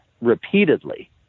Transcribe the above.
repeatedly